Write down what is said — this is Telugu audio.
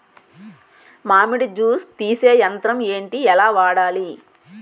మామిడి జూస్ తీసే యంత్రం ఏంటి? ఎలా వాడాలి?